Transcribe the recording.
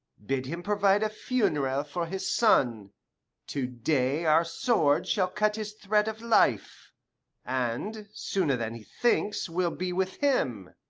bid him provide a funeral for his son to day our sword shall cut his thread of life and, sooner than he thinks, we'll be with him,